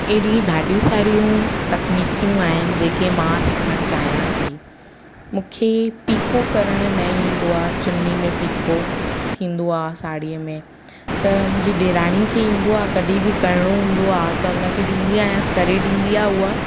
ऐॾी ॾाढियूं सारियूं तकनीकियूं आहिनि जेके मां सिखणु चाहयां थी मूंखे पीको करण न ईंदो आहे चुन्नी में पीको थींदो आहे साड़ीअ में त मुंहिंजी ॾेराणी खे ईंदो आहे कॾहिं बि करिणो हूंदो आहे त उनखे ॾींदी आयांसि करे ॾींदी आहे उहा